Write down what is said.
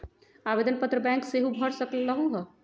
आवेदन पत्र बैंक सेहु भर सकलु ह?